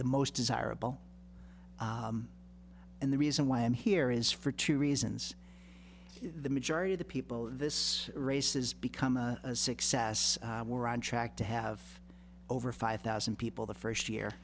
the most desirable and the reason why i'm here is for two reasons the majority of the people in this race has become a success we're on track to have over five thousand people the first year